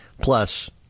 Plus